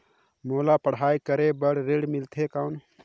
मोला पढ़ाई करे बर ऋण मिलथे कौन?